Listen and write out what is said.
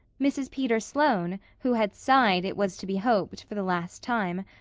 mrs. peter sloane, who had sighed, it was to be hoped, for the last time,